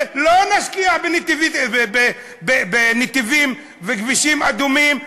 ולא משקיע בנתיבים וכבישים אדומים,